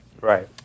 right